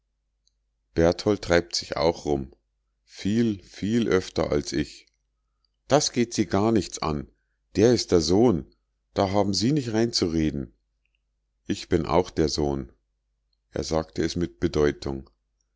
berthold treibt sich auch rum viel viel öfter als ich das geht sie gar nichts an der is der sohn da haben sie nich reinzureden ich bin auch der sohn er sagte es mit bedeutung